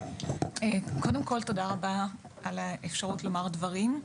קודם כל תודה רבה על האפשרות לומר דברים.